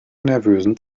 nervösen